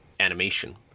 animation